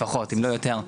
לפחות, אם לא יותר.